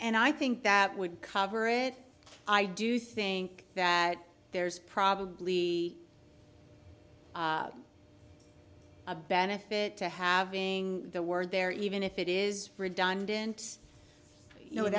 and i think that would cover it i do think that there's probably a benefit to having the word there even if it is redundant you know it